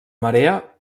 marea